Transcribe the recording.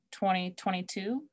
2022